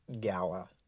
Gala